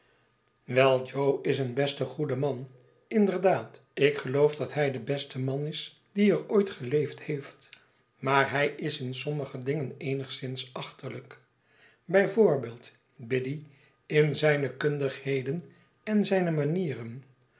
wel jo is een beste goede man inderdaad ik geloof dat hij de beste man is die er ooit geleefd heeft maar hij is in sommige dingen eenigszins achterlijk bij voorbeeld biddy in zijne kundigheden en zijne manieren